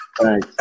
right